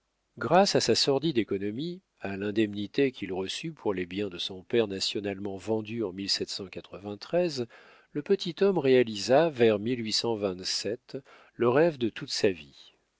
grâce à sa sordide économie à l'indemnité qu'il reçut pour les biens de son père nationalement vendus en le petit homme réalisa vers le rêve de toute sa vie